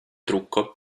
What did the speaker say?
trucco